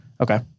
Okay